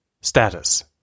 Status